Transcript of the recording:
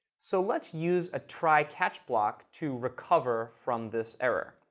so let's use a try, catch block to recover from this error.